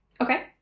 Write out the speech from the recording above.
Okay